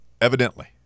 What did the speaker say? Evidently